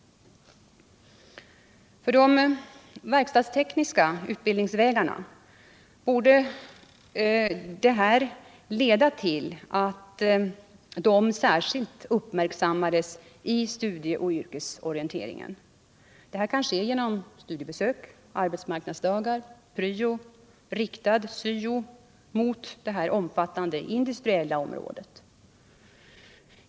För de verkstadstekniska utbildningsvägarna borde detta leda till att dessa särskilt uppmärksammas i studieoch yrkesorienteringen. Det kan ske genom studiebesök, arbetsmarknadsdagar, pryo och syo riktad mot det omfattande industriella området.